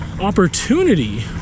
opportunity